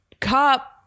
cop